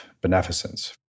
beneficence